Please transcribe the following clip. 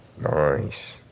Nice